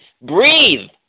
breathe